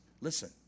Listen